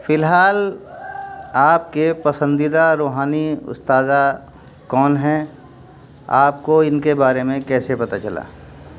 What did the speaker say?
فی الحال آپ کے پسندیدہ روحانی استاد کون ہیں آپ کو ان کے بارے میں کیسے پتا چلا